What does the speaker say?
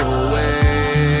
away